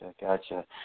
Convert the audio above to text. gotcha